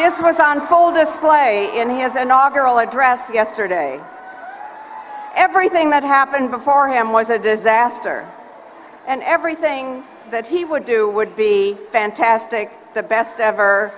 this was on hold us play in he has an auger all address yesterday everything that happened before him was a disaster and everything that he would do would be fantastic the best ever